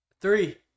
Three